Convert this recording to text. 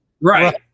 right